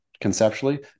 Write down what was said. conceptually